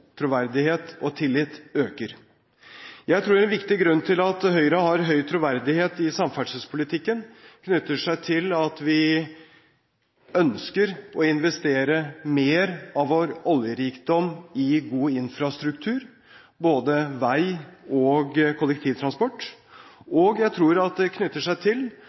troverdighet – og tillit – øker? Jeg tror en viktig grunn til at Høyre har høy troverdighet i samferdselspolitikken knytter seg til at vi ønsker å investere mer av vår oljerikdom i god infrastruktur – både vei og kollektivtransport. Og jeg tror at det knytter seg til